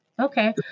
Okay